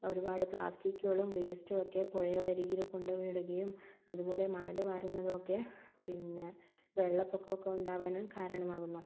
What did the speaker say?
ഒരുപാട് പ്ലാസ്റ്റിക്കുകളും വേസ്റ്റുമൊക്കെ പുഴയുടെയരികില് കൊണ്ടുപോയി ഇടുകയും അതുപോലെ മണല് വാരുന്നതുമൊക്കെ പിന്നെ വെള്ളപ്പൊക്കവുമൊക്കെ ഉണ്ടാകാനും കാരണമാകുന്നു